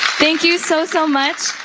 thank you so, so much.